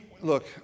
look